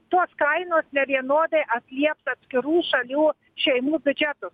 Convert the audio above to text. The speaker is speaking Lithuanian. tos kainos nevienodai atlieps atskirų šalių šeimų biudžetus